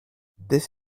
this